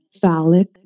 phallic